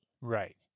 Right